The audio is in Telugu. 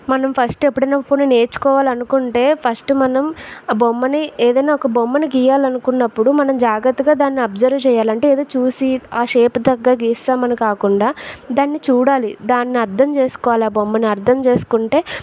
మన ఫస్ట్ ఎప్పుడైనా పోనీ నేర్చుకోవాలి అనుకుంటే ఫస్ట్ మనం బొమ్మని ఏదైనా ఒక బొమ్మని గీయాలనుకున్నప్పుడు మనం జాగ్రత్తగా దాన్ని అబ్సర్వ్ చేయాలి అంటే ఏదో చూసి ఆ షేప్ తగ్గ గీస్తామని కాకుండా దాన్ని చూడాలి దాన్ని అర్ధం చేసుకోవాలి ఆ బొమ్మని అర్ధం చేసుకుంటే